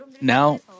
Now